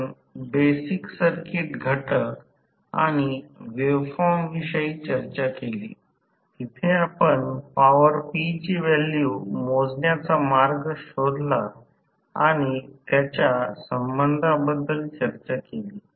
कारण असे मानतो की r2 द्वारा s हे x 2 पेक्षा खूप मोठे आहे पुढील सरलीकरण आहे आणि म्हणूनच मी पुन्हा पुन्हा या समीकरणाकडे जात नाहे फक्त लिहा